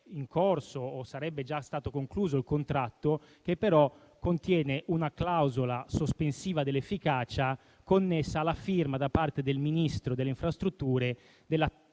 in corso o sarebbe già stato concluso il contratto che, però, contiene una clausola sospensiva dell'efficacia, connessa alla firma da parte del Ministro delle infrastrutture, della